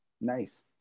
Nice